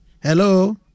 Hello